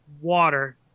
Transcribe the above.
water